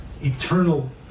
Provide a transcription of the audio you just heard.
eternal